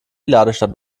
ladestand